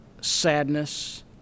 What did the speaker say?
sadness